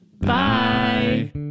Bye